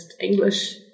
English